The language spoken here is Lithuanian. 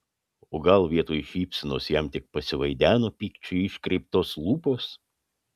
o gal vietoj šypsenos jam tik pasivaideno pykčio iškreiptos lūpos